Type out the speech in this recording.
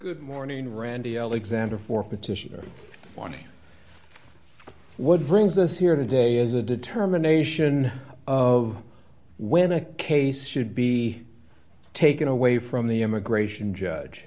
good morning randi alexander for petitioner twenty what brings us here today is the determination of when a case should be taken away from the immigration judge